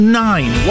nine